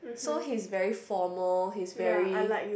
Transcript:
so he's very formal he's very